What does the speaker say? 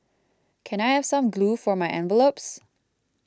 can I have some glue for my envelopes